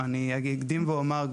לכן,